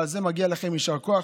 ועל זה מגיע לכם יישר כוח.